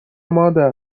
مادر